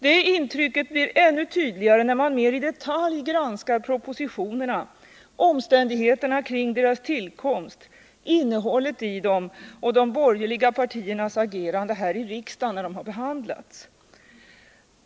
Det intrycket blir än tydligare när man mera i detalj granskar propositionerna, omständigheterna kring deras tillkomst, innehållet i dem och de borgerliga partiernas agerande här i riksdagen när de har behandlats.